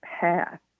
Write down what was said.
path